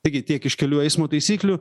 taigi tiek iš kelių eismo taisyklių